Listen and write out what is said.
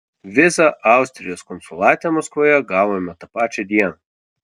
vizą austrijos konsulate maskvoje gavome tą pačią dieną